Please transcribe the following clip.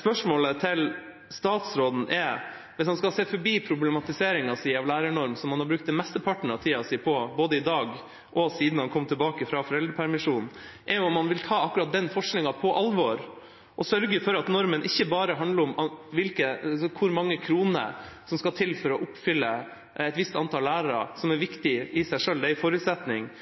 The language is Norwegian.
Spørsmålet til statsråden er: Hvis han skal se forbi problematiseringen av lærernorm – som han har brukt mesteparten av tida si på både i dag og siden han kom tilbake fra foreldrepermisjon – vil han ta akkurat den forskningen på alvor? Vil han sørge for at normen ikke bare handler om hvor mange kroner som skal til for å oppfylle målet om et visst antall lærere – som er viktig i seg selv, det er en forutsetning